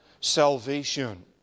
salvation